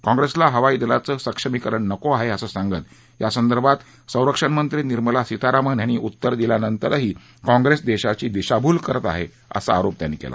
काँप्रिसला हवाई दलाचं सक्षमीकरण नको आहे असं सांगत यासंदर्भात संरक्षण मंत्री निर्मला सीतारामन यांनी उत्तर दिल्यानंतरही काँप्रिस देशाची दिशाभूल करत आहे असा आरोप त्यानीं केला